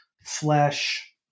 flesh